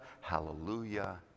hallelujah